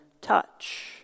touch